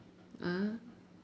ah